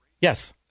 Yes